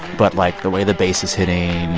but, like, the way the bass is hitting,